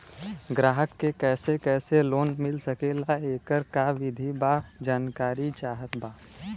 ग्राहक के कैसे कैसे लोन मिल सकेला येकर का विधि बा जानकारी चाहत बा?